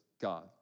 God